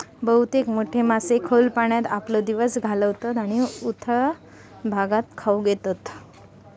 बहुतेक मोठे मासे खोल पाण्यात आपलो दिवस घालवतत आणि उथळ भागात खाऊक येतत